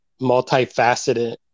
multifaceted